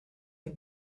can